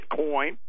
Bitcoin